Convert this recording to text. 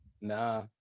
Nah